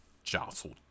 jostled